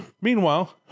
meanwhile